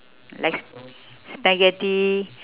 like sp~ spaghetti